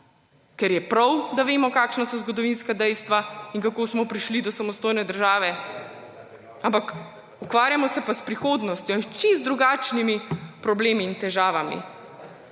ker je prav, da vemo, kakšna so zgodovinska dejstva in kako smo prišli do samostojne države, ampak ukvarjamo se pa s prihodnostjo, s čisto drugačnimi problemi in težavami.